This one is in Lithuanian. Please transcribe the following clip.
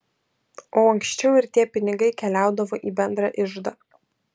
o ankščiau ir tie pinigai keliaudavo į bendrą iždą